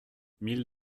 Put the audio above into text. mille